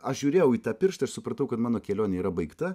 aš žiūrėjau į tą pirštą ir supratau kad mano kelionė yra baigta